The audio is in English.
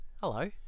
Hello